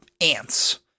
ants